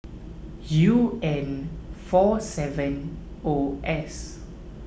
U N four seven O S